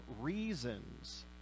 reasons